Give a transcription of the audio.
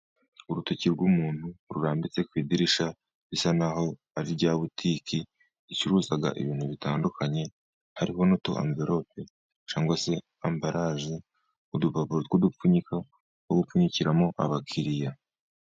Urutoki rw'umuntu rurambitse ku idirisha, bisa n'aho ari irya butiki icuruza ibintu bitandukanye, harimo n'utumverope cyangwa se ambaraje, udupapuro tw'udupfunyika aho gupfunyikiramo abakiriya.